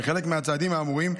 כחלק מהצעדים האמורים,